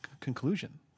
conclusion